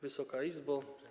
Wysoka Izbo!